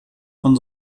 von